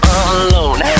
alone